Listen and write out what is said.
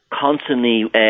constantly